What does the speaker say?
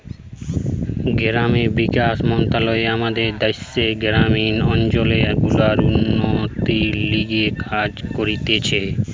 গ্রামীণ বিকাশ মন্ত্রণালয় আমাদের দ্যাশের গ্রামীণ অঞ্চল গুলার উন্নতির লিগে কাজ করতিছে